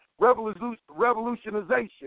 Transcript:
revolutionization